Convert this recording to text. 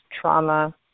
trauma